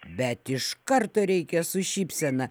bet iš karto reikia su šypsena